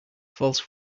false